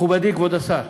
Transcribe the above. מכובדי כבוד השר,